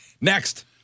Next